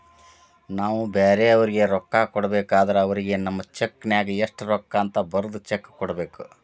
ನಾವು ಬ್ಯಾರೆಯವರಿಗೆ ರೊಕ್ಕ ಕೊಡಬೇಕಾದ್ರ ಅವರಿಗೆ ನಮ್ಮ ಚೆಕ್ ನ್ಯಾಗ ಎಷ್ಟು ರೂಕ್ಕ ಅಂತ ಬರದ್ ಚೆಕ ಕೊಡಬೇಕ